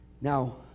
Now